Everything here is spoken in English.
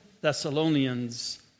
Thessalonians